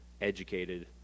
educated